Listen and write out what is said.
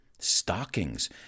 stockings